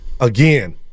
Again